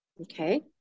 Okay